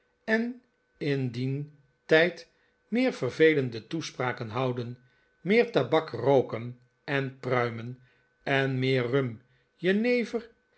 en in dien tijd meer vervelende toespraken houden meer tabak rooken en pruimen en meer rum jenever